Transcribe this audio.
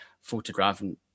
photographing